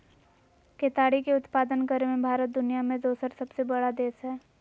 केताड़ी के उत्पादन करे मे भारत दुनिया मे दोसर सबसे बड़ा देश हय